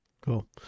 Cool